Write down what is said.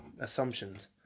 assumptions